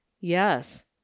Yes